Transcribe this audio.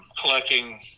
collecting